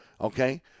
okay